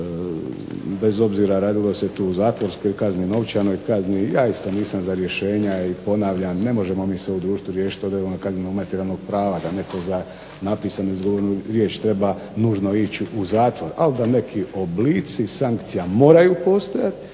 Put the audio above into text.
bez obzira radilo se tu o zatvorskoj kazni, novčanoj kazni. Ja isto nisam za rješenja i ponavljam, ne možemo mi se u društvu riješiti odredbama kaznenog materijalnog prava, da netko za napisanu ili izgovorenu riječ treba nužno ići u zatvor. Ali da neki oblici sankcija moraju postojati